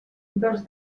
dels